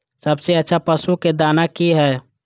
सबसे अच्छा पशु के दाना की हय?